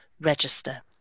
register